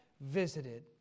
visited